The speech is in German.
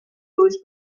durch